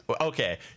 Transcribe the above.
Okay